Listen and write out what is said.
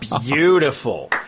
Beautiful